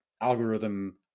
algorithm